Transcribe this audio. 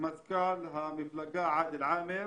מנכ"ל המפלגה עאדל עאמר.